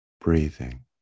breathing